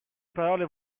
parole